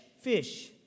fish